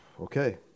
Okay